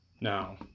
Now